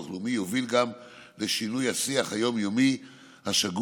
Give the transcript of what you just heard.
הלאומי יוביל גם לשינוי השיח היום-יומי השגור,